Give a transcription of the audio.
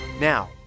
Now